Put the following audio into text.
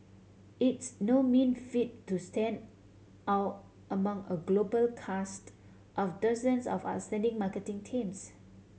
it's no mean feat to stand out among a global cast of dozens of outstanding marketing teams